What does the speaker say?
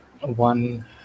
one